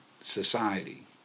society